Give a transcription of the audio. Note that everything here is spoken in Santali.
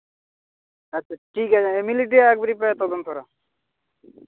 ᱟᱪᱪᱷᱟ ᱴᱷᱤᱠ ᱟᱪᱷᱮ ᱤᱢᱤᱰᱤᱭᱮᱴ ᱨᱮ ᱮᱠᱵᱟᱨᱮ ᱯᱮ ᱛᱚᱫᱚᱱᱛᱚᱭᱟ